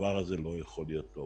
והדבר הזה לא יכול להיות טוב.